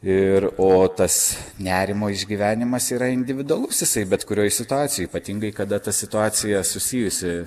ir o tas nerimo išgyvenimas yra individualus jisai bet kurioj situacijoj ypatingai kada ta situacija susijusi